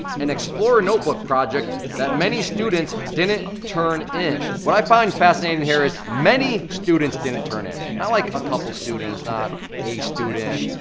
an explorer notebook project that many students didn't turn in. what i find fascinating here is, many students didn't turn in. not like, a couple students, not a student,